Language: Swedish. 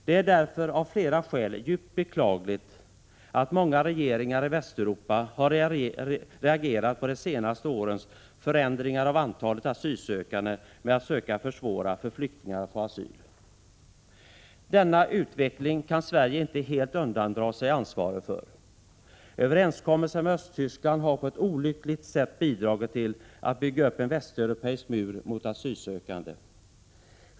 Det är därför av flera skäl djupt beklagligt att många regeringar i Västeuropa har reagerat på de senaste årens förändringar av antalet asylsökande med att söka försvåra för flyktingar att få asyl. Denna utveckling kan Sverige inte helt undandra sig ansvaret för. Överenskommelsen med Östtyskland har på ett olyckligt sätt bidragit till att bygga upp en västeuropeisk mur mot asylsökande.